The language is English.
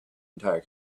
entire